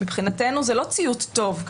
מבחינתנו זה לא ציות טוב,